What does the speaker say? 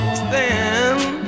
stand